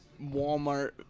Walmart